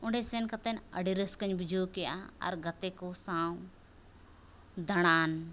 ᱚᱸᱰᱮ ᱥᱮᱱ ᱠᱟᱛᱮᱱ ᱟᱹᱰᱤ ᱨᱟᱹᱥᱠᱟᱹᱧ ᱵᱩᱡᱷᱟᱹᱣᱠᱮᱫᱼᱟ ᱟᱨ ᱜᱟᱛᱮᱠᱚ ᱥᱟᱶ ᱫᱟᱬᱟᱱ